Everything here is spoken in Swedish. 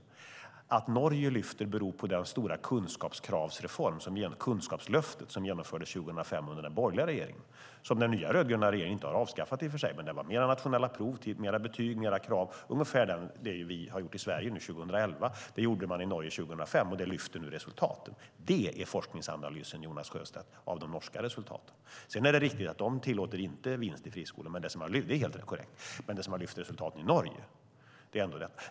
Att resultaten i Norge lyfter beror på den stora kunskapskravsreform, kunskapslöftet, som genomfördes 2005 under den borgerliga regeringen och som den nya rödgröna regeringen i och för sig inte har avskaffat. Men den innebar fler nationella prov, mer betyg och mer krav. Ungefär det som vi har gjort i Sverige 2011 gjorde man i Norge 2005, och det lyfter nu resultaten. Det är forskningsanalysen, Jonas Sjöstedt, av de norska resultaten. Sedan är det helt korrekt att de inte tillåter vinst i friskolor.